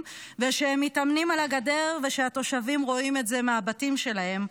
ושהם מתאמנים על הגדר ושהתושבים רואים את זה מהבתים שלהם,